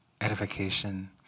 edification